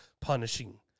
Punishing